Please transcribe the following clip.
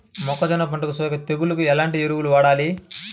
మొక్కజొన్న పంటలకు సోకే తెగుళ్లకు ఎలాంటి ఎరువులు వాడాలి?